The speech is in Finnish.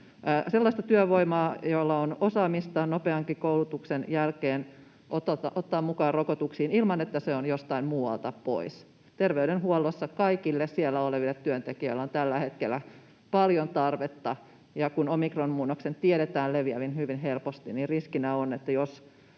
sellaista työvoimaa, jolla on osaamista nopeankin koulutuksen jälkeen ottaa osaa rokotuksiin ilman, että se on jostain muualta pois. Terveydenhuollossa kaikille siellä oleville työntekijöille on tällä hetkellä paljon tarvetta, ja kun omikronmuunnoksen tiedetään leviävän hyvin helposti, niin riskinä on, että jos